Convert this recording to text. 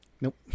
Nope